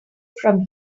from